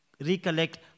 recollect